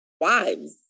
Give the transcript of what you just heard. wives